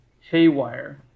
Haywire